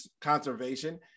conservation